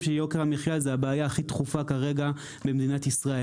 שיוקר המחיה זו הבעיה הכי דחופה כרגע במדינת ישראל.